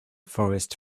forest